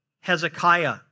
Hezekiah